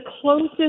closest